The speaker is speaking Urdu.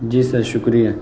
جی سر شکریہ